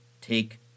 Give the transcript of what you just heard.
take